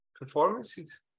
performances